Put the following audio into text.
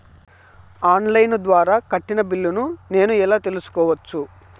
On line ద్వారా కట్టిన బిల్లును నేను ఎలా తెలుసుకోవచ్చు?